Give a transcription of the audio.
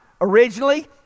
Originally